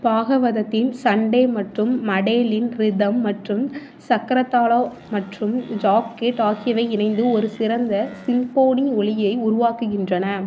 பாகவதத்தின் சண்டே மற்றும் மடேலின் ரிதம் மற்றும் சக்கரதாலா மற்றும் ஜாகேட் ஆகியவை இணைந்து ஒரு சிறந்த சிம்போனி ஒலியை உருவாக்குகின்றன